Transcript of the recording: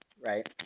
right